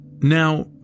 Now